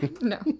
No